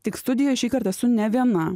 tik studijoj šįkart esu ne viena